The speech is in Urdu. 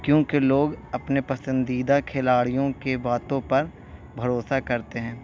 کیونکہ لوگ اپنے پسندیدہ کھلاڑیوں کے باتوں پر بھروسہ کرتے ہیں